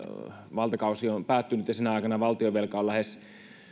valtakausi on päättynyt ja sinä aikana valtionvelka on lähes